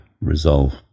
resolve